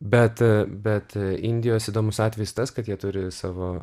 bet bet indijos įdomus atvejis tas kad jie turi savo